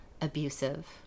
abusive